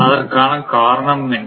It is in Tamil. அதற்கான காரணம் என்ன